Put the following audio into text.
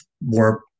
more